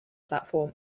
platform